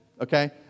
Okay